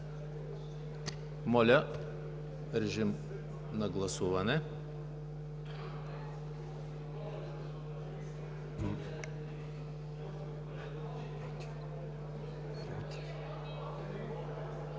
Моля режим на гласуване.